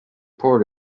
port